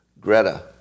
Greta